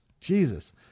Jesus